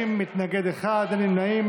בעד, 30, מתנגד אחד, אין נמנעים.